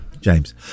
James